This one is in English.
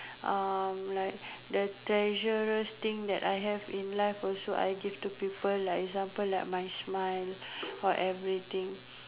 uh like the treasures thing that I have in life also I give to people like example like my smile or everything